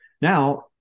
Now